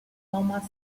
thomas